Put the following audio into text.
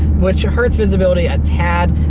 which hurts visibility a tad.